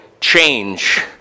change